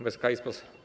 Wysoka Izbo!